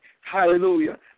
Hallelujah